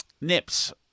nips